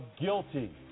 guilty